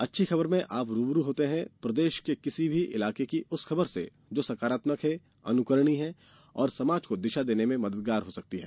अच्छी खबर में आप रूबरू होते हैं प्रदेश के किसी भी इलाके की उस खबर से जो सकारात्मक है अनुकरणीय है और समाज को दिशा देने में मददगार हो सकती है